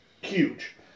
huge